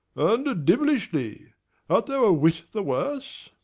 and div'lishly art thou a whit the worse?